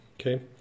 Okay